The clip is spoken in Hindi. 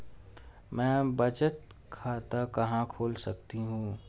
मैं बचत खाता कहां खोल सकती हूँ?